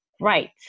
Right